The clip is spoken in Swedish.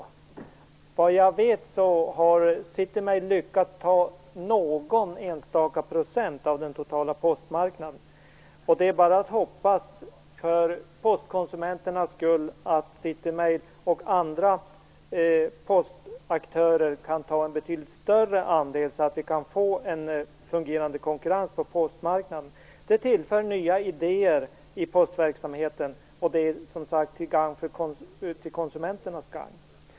Såvitt jag vet har City Mail lyckats ta någon enstaka procent av den totala postmarknaden. Det är bara att hoppas för postkonsumenternas skull att City Mail och andra postaktörer kan ta en betydligt större andel så att vi kan få en fungerande konkurrens på postmarknaden. Det tillför nya idéer i postverksamheten till gagn för konsumenterna.